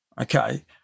Okay